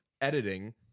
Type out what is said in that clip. editing